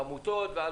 עמותות.